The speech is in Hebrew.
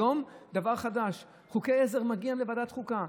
היום דבר חדש: חוקי עזר מגיעים לוועדת חוקה.